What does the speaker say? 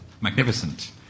magnificent